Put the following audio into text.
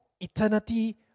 eternity